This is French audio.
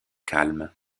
calmes